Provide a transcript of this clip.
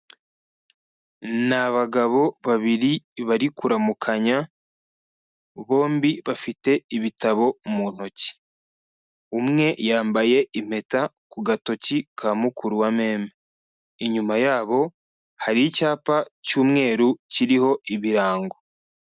Ni abagabo babiri bari kuramukanya, bombi bafite ibitabo mu ntoki. Umwe yambaye impeta ku gatoki ka mukuru wa meme, inyuma yabo hari icyapa cy'umweru kiriho ibirango.